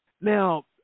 Now